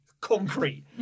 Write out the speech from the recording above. concrete